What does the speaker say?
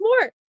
more